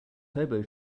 turbo